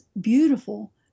beautiful